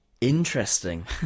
interesting